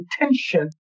intention